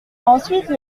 ensuite